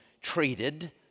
treated